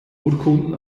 urkunden